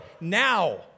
now